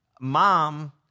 mom